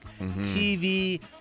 TV